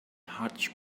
hotch